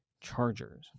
Chargers